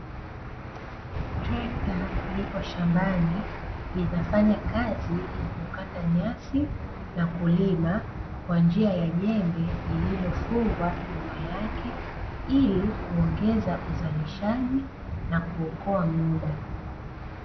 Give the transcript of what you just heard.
Trekta lipo shambani linafanya kazi ya kukata nyasi na kulima kwa njia ya jembe lililofungwa nyuma yake ili kuongeza uzalishaji na kuokoa muda.